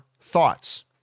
thoughts